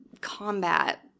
combat